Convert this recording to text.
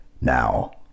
Now